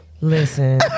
Listen